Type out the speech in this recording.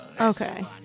okay